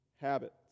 Habits